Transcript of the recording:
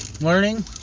learning